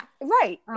right